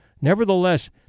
Nevertheless